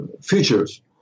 features